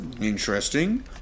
Interesting